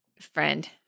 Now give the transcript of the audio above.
friend